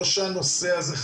לא שהנושא הזה,